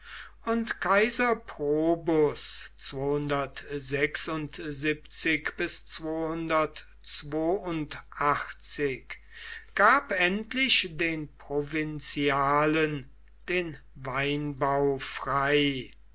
und kaiser pro gab endlich den provinzialen den weinbau frei